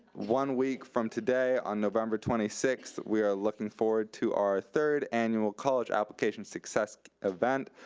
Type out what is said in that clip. one week from today on november twenty sixth we are looking forward to our third annual college application success event,